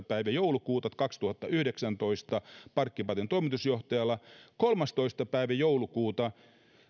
päivä joulukuuta kaksituhattayhdeksäntoista tämän kirjeen parkkipaten toimitusjohtajalta minä sain siis seitsemästoista päivä joulukuuta